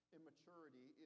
Immaturity